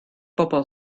bobl